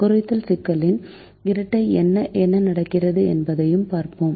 குறைத்தல் சிக்கலின் இரட்டை என்ன நடக்கிறது என்பதையும் பார்ப்போம்